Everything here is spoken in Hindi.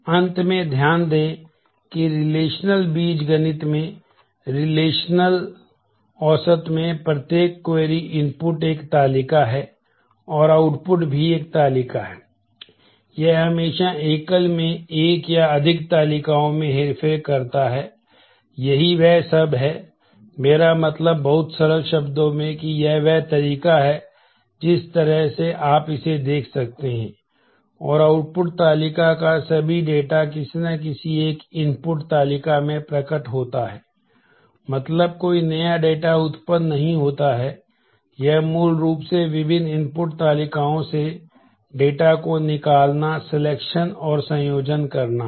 अंत में ध्यान दें कि रिलेशनल और संयोजन करना है